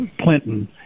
Clinton